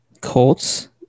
Colts